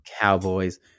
Cowboys